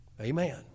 Amen